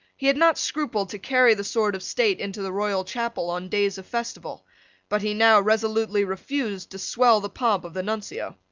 he had not scrupled to carry the sword of state into the royal chapel on days of festival but he now resolutely refused to swell the pomp of the nuncio.